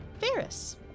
Ferris